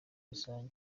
rusange